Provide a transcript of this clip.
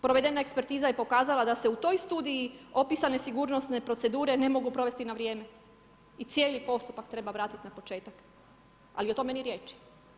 Provedena ekspertiza je pokazala, da se u toj studiji opisane sigurnosne procedure ne mogu provesti na vrijeme i cijeli postupak treba vratiti na početak, ali o tome ni riječi.